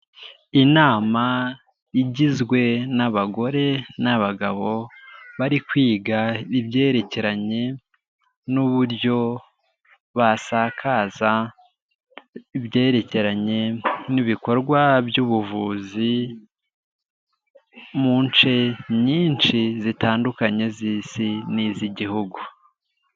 Inama igizwe n'abagore n'abagabo bari kwiga ibyerekeranye n'uburyo basakaza ibyerekeranye n'ibikorwa by'ubuvuzi mu nce nyinshi zitandukanye z'isi n'iz'igihugu.